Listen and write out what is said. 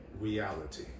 reality